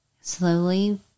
slowly